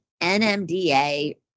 NMDA